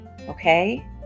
Okay